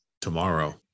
tomorrow